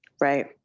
Right